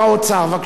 בבקשה, אדוני.